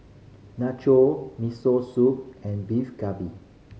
Nacho Miso Soup and Beef Galbi